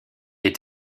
est